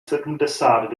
sedmdesát